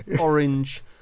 orange